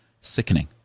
sickening